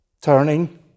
turning